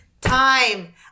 time